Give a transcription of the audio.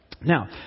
Now